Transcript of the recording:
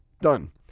done